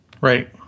right